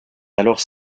alors